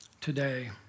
today